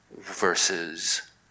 versus